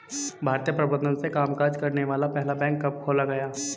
भारतीय प्रबंधन से कामकाज करने वाला पहला बैंक कब खोला गया?